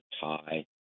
tie